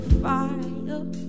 fire